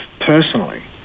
personally